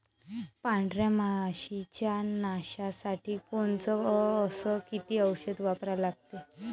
पांढऱ्या माशी च्या नाशा साठी कोनचं अस किती औषध वापरा लागते?